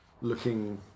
looking